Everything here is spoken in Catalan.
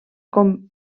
que